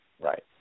Right